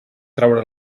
traure